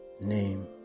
name